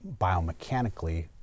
biomechanically